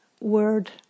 word